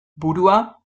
burua